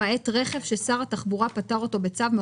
כלומר שיש לו איזשהו משהו דחוף יותר לנסוע במונית